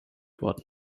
worden